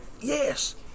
Yes